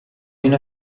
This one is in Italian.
una